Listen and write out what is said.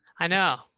i know.